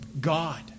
God